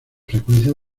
frecuencias